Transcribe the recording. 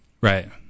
Right